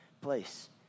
place